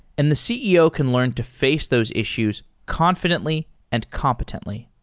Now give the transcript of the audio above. and the ceo can learn to face those issues confidently and competently.